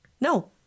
No